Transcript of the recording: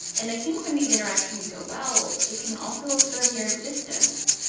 and i think when these interactions go well, it can also affirm your existence.